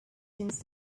since